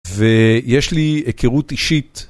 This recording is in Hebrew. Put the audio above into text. ויש לי היכרות אישית.